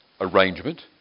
arrangement